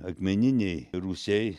akmeniniai rūsiai